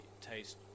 taste